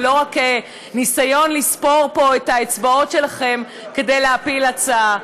ולא רק ניסיון לספור פה את האצבעות שלכם כדי להפיל הצעה.